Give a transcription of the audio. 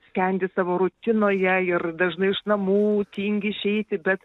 skendi savo rutinoje ir dažnai iš namų tingi išeiti bet